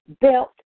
belt